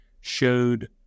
showed